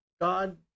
God